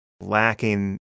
lacking